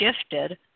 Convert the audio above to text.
shifted